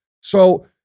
So-